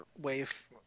Wave